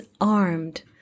armed